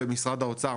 בין משרד האוצר,